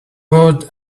word